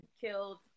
killed